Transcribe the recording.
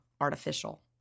artificial